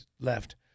left